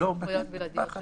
אלה סמכויות בלעדיות של שוטר.